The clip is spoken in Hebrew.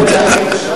אתה היית שם?